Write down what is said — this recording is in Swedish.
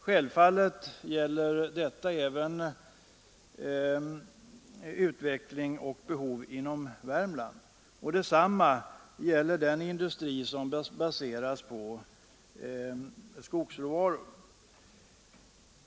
Självfallet gäller detta även utveckling och behov inom Värmland, och detsamma gäller den industri som baseras på skogsråvaror.